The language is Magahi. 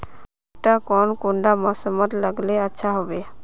भुट्टा कौन कुंडा मोसमोत लगले अच्छा होबे?